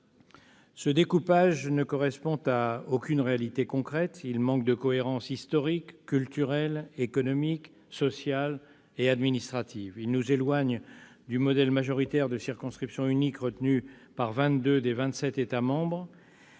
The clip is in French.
Ce découpage ne correspond à aucune réalité concrète : il manque de cohérence historique, culturelle, économique, sociale et administrative. Il nous éloigne du modèle majoritaire de circonscription unique retenu par vingt-deux des vingt-sept États membres.